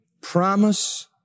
promise